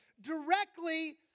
directly